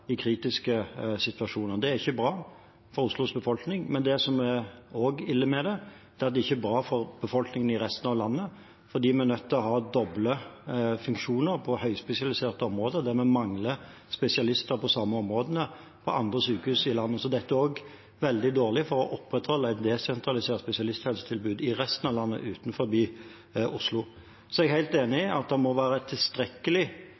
i kritiske situasjoner. Det er ikke bra for Oslos befolkning. Men det som også er ille med det, er at det ikke er bra for befolkningen i resten av landet, fordi vi er nødt til å ha doble funksjoner på høyspesialiserte områder der vi mangler spesialister på de samme områdene på andre sykehus i landet. Så dette er også veldig dårlig for å opprettholde et desentralisert spesialisthelsetilbud i resten av landet utenfor Oslo. Jeg er helt enig i at det må være et tilstrekkelig